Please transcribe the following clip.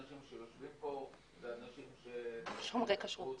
אנשים שיושבים פה אלו אנשים שומרי כשרות